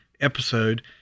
episode